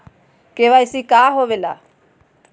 KYC का होवेला?